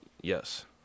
Yes